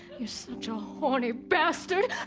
you're such a horny bastard!